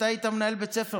אתה היית מנהל בית ספר,